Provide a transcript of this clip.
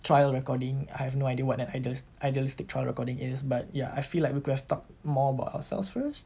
trial recording I have no idea what an idea~ idealistic trial recording is but ya I feel like we could have talked more about ourselves first